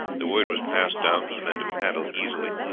the word was passed down for the men to paddle easily,